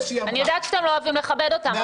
אני יודעת שאתם לא אוהבים לכבד אותם,